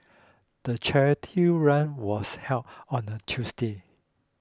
the charity run was held on a Tuesday